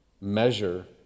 measure